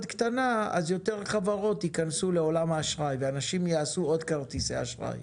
קטנה אז יותר חברות ייכנסו לעולם האשראי ואנשים יעשו עוד כרטיסי אשראי.